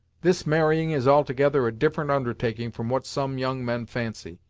this marrying is altogether a different undertaking from what some young men fancy.